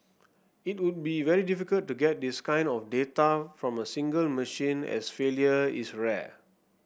it would be very difficult to get this kind of data from a single machine as failure is rare